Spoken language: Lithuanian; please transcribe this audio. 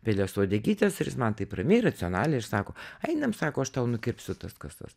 pelės uodegytės ir jis man taip ramiai racionaliai ir sako einam sako aš tau nukirpsiu tas kasas